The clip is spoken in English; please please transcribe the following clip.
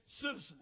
citizen